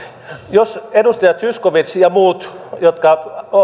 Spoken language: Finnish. jos edustaja zyskowicz ja te muut jotka